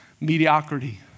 mediocrity